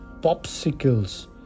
popsicles